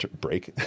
break